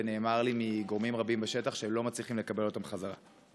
ונאמר לי מגורמים רבים בשטח שהם לא מצליחים לקבל אותן חזרה.